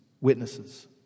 witnesses